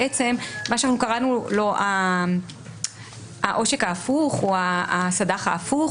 מה שקראנו לה "העושק ההפוך" או --- ההפוך,